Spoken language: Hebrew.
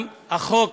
החוק